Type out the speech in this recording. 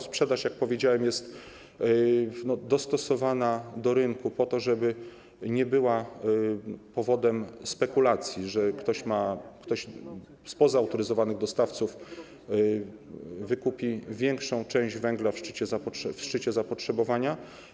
Sprzedaż, jak powiedziałem, jest dostosowana do rynku po to, żeby nie była powodem spekulacji, że ktoś spoza autoryzowanych dostawców wykupi większą część węgla w szczycie zapotrzebowania.